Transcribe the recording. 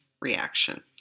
reaction